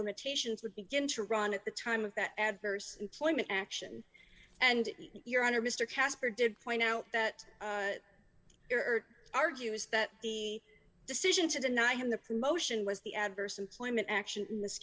limitations would begin to run at the time of that adverse employment action and your honor mr casper did point out that there are argues that the decision to deny him the promotion was the adverse employment action in this